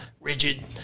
rigid